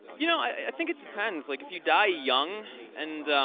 you know i think it depends. like if you die young and